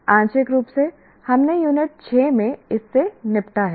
आंशिक रूप से हमने यूनिट 6 में इससे निपटा है